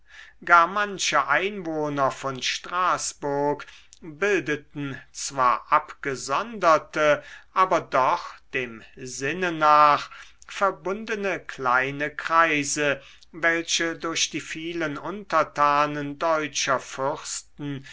gar manche einwohner von straßburg bildeten zwar abgesonderte aber doch dem sinne nach verbundene kleine kreise welche durch die vielen untertanen deutscher fürsten